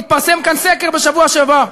התפרסם כאן סקר בשבוע שעבר,